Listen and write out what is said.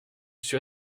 suis